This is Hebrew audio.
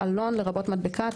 "עלון" לרבות מדבקה,